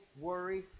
worry